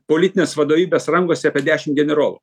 politinės vadovybės rankose apie dešim generolų